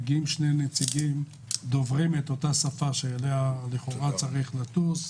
מגיעים שני נציגים שדוברים את השפה של המדינה שאליה המטוס צריך לטוס,